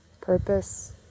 purpose